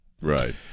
right